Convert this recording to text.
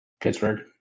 Pittsburgh